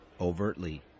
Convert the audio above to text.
overtly